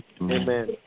amen